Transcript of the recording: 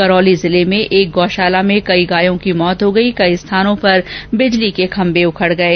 करौली जिले में एक गौशाला में कई गायों की मौत हो गई और कई स्थानों पर बिजली के खम्मे उखड गये